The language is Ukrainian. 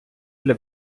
для